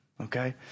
Okay